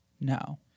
No